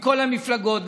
מכל המפלגות,